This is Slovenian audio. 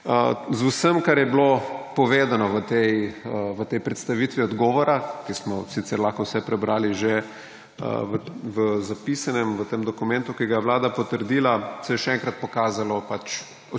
Z vsem, ker je bilo povedano v tej predstavitvi odgovora, kjer smo sicer lahko vse prebrali že v zapisanem v tem dokumentu, ki ga je Vlada potrdila, se je še enkrat pokazalo